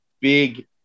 Big